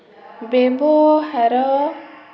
ବ୍ୟବହାର